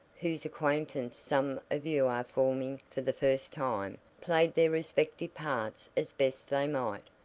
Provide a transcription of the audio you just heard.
whose acquaintance some of you are forming for the first time, played their respective parts as best they might,